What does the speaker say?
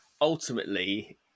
ultimately